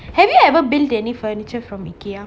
have you ever been to any furniture from ikea